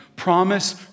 Promise